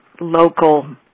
local